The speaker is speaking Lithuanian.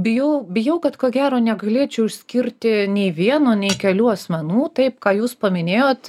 bijau bijau kad ko gero negalėčiau išskirti nei vieno nei kelių asmenų taip ką jūs paminėjot